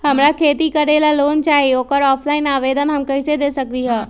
हमरा खेती करेला लोन चाहि ओकर ऑफलाइन आवेदन हम कईसे दे सकलि ह?